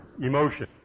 emotion